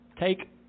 take